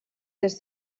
des